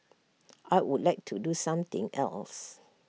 I would like to do something else